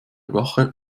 wache